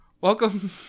Welcome